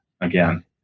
again